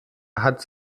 hat